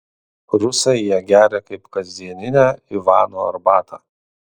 rusai ją geria kaip kasdieninę ivano arbatą